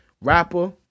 Rapper